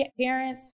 parents